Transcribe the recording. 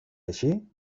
així